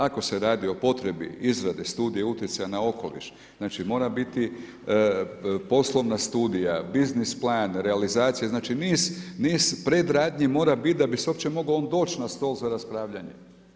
Ako se radi o potrebi izrade studije utjecaja na okoliš, znači mora biti poslovna studija, biznis plan, realizacija, znači niz predradnji mora biti da bi se uopće mogao on doći na stol za raspravljanje.